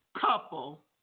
couple